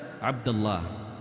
Abdullah